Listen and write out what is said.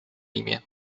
imię